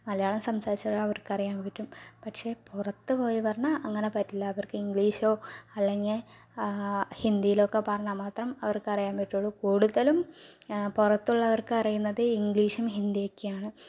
മലയാളം സംസാരിച്ചാലും അവർക്കറിയാൻ പറ്റും പക്ഷേ പുറത്തു പോയി പറഞ്ഞാൽ അങ്ങനെ പറ്റില്ല അവർക്ക് ഇംഗ്ലീഷോ അല്ലെങ്കിൽ ഹിന്ദീലോക്കെ പറഞ്ഞാൽ മാത്രം അവർക്ക് അറിയാൻ പറ്റുള്ളൂ കൂടുതലും പുറത്തുള്ളവർക്കാറിയാവുന്നത് ഇംഗ്ലീഷും ഹിന്ദിയൊക്കെയാണ്